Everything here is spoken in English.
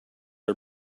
are